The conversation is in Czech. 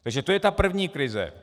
Takže to je ta první krize.